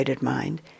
mind